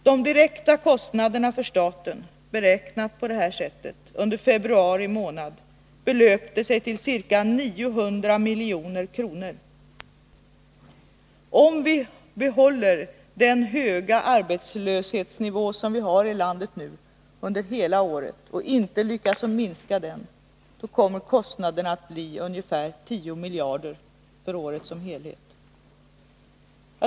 De direkta kostnaderna för staten beräknade på detta sätt belöpte sig under februari månad till ca 900 milj.kr. Om vi behåller den höga arbetslöshetsnivå vi nu har i landet under hela året och inte lyckas minska den, blir kostnaderna ungefär 10 miljarder på året som helhet.